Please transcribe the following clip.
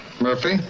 Murphy